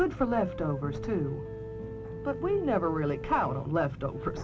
good for leftovers too but we never really cut our leftover